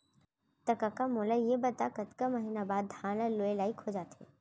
त कका मोला ये बता कि कतका महिना बाद धान ह लुए लाइक हो जाथे?